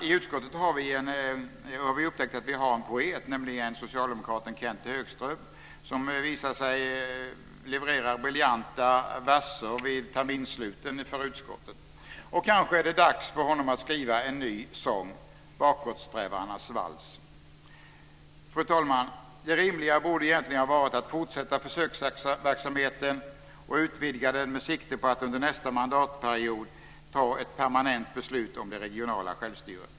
I utskottet har vi upptäckt att vi har en poet, nämligen socialdemokraten Kenth Högström. Han levererar briljanta verser vid terminssluten inför utskottet. Kanske är det dags för honom att skriva en ny sång - Bakåtsträvarnas vals. Fru talman! Det rimliga borde ju egentligen ha varit att fortsätta försöksverksamheten och utvidga den med sikte på att under nästa mandatperiod fatta ett permanent beslut om det regionala självstyret.